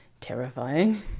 terrifying